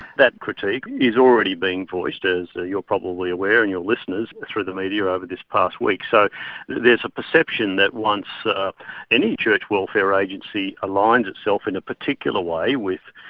that critique is already being voiced as you're probably aware and your listeners through the media over this past week. so there's a perception that once ah any church welfare agency aligns itself in a particular way with,